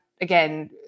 again